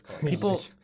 people